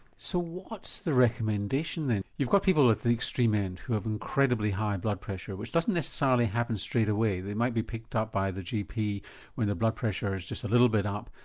so what's the recommendation then? you've got people at the extreme end, who have incredibly high blood pressure, which doesn't necessarily happen straight away, they might be picked up by the gp when the blood pressure is just a little bit up,